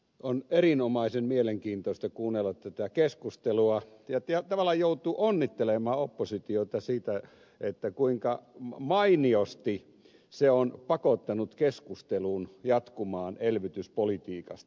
on erinomaisen mielenkiintoista kuunnella tätä keskustelua ja tavallaan joutuu onnittelemaan oppositiota siitä kuinka mainiosti se on pakottanut keskustelun jatkumaan elvytyspolitiikasta